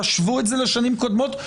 תשוו את זה לשנים קודמות,